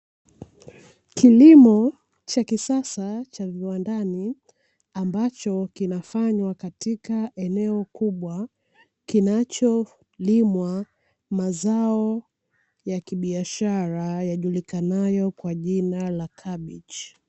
kilimo cha kisasa cha viwandani ambacho kinafanywa katika eneo kubwa, kinacholimwa mazao ya kibiashara ya yajulikanayo kwa jina la kabichi.